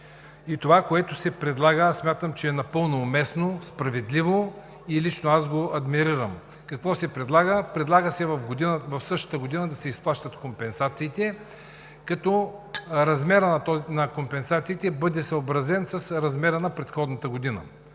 че това, което се предлага, е напълно уместно, справедливо и лично аз го адмирирам. Какво се предлага? Предлага се в същата година да се изплащат компенсациите, като размерът на компенсациите бъде съобразен с размера на предходната година.